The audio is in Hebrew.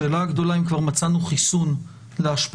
השאלה הגדולה אם כבר מצאנו חיסון להשפעתו.